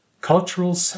Cultural